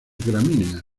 gramíneas